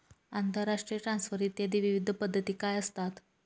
आंतरराष्ट्रीय ट्रान्सफर इत्यादी विविध पद्धती काय असतात?